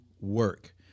work